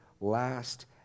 last